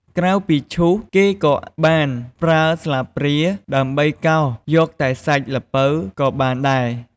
ក្រៅពីឈួស គេក៏បានប្រើស្លាបព្រាដើម្បីកោសយកតែសាច់ល្ពៅក៏បានដែរ។